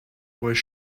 was